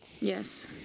Yes